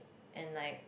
and like